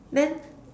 then